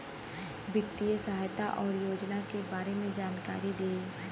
वित्तीय सहायता और योजना के बारे में जानकारी देही?